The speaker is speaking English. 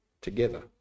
together